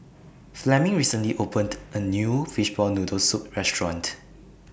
Fleming recently opened A New Fishball Noodle Soup Restaurant